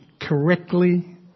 correctly